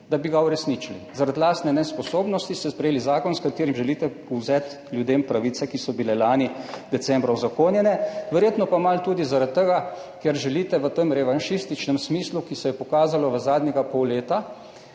da bi ga uresničili. Zaradi lastne nesposobnosti ste sprejeli zakon, s katerim želite vzeti ljudem pravice, ki so bile lani decembra uzakonjene, verjetno pa malo tudi zaradi tega, ker želite v tem revanšističnem smislu, kar se je pokazalo v zadnjega pol leta,